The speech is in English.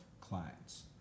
Clients